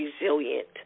resilient